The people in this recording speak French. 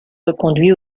reconduit